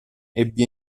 ebbe